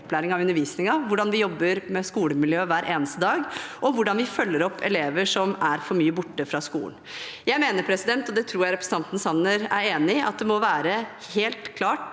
opplæringen og undervisningen, hvordan vi jobber med skolemiljøet hver eneste dag, og hvordan vi følger opp elever som er for mye borte fra skolen. Jeg mener, og det tror jeg representanten Sanner er enig i, at det må være helt klart